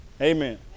Amen